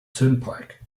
turnpike